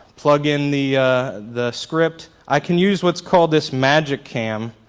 plug in the the script. i can use what's called this magic cam